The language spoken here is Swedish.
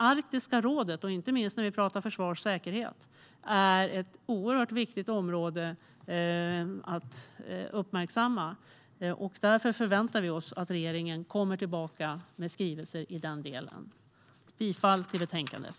Arktiska rådet är ett oerhört viktigt område att uppmärksamma, inte minst när vi talar om försvar och säkerhet. Därför förväntar vi oss att regeringen återkommer med skrivelser om den delen. Jag yrkar bifall till förslaget i betänkandet.